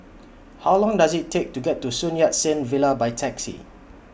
How Long Does IT Take to get to Sun Yat Sen Villa By Taxi